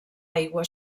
aigua